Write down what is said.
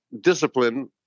discipline